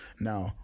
Now